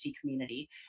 community